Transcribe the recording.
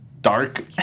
dark